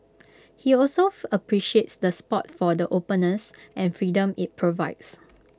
he also appreciates the spot for the openness and freedom IT provides